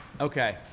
Okay